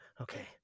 Okay